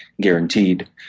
guaranteed